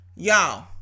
Y'all